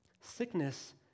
sickness